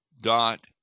dot